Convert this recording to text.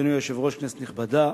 כנסת נכבדה,